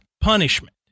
punishment